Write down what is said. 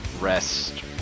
rest